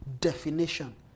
definition